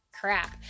crap